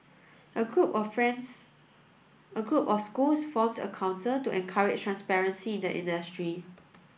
a group of friends a group of schools formed a council to encourage transparency in the industry